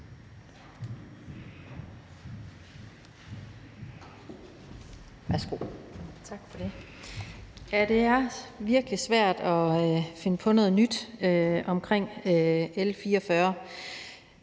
Tak for det.